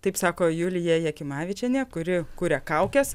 taip sako julija jakimavičienė kuri kuria kaukes